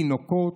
תינוקות,